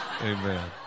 Amen